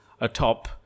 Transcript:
atop